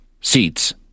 seats